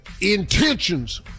intentions